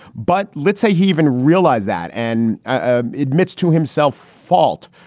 but let's say he even realized that and and admits to himself fault.